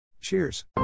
Cheers